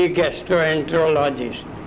gastroenterologist